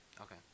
Okay